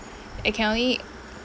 it can only